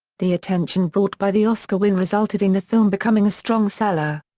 the attention brought by the oscar win resulted in the film becoming a strong seller.